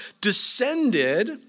descended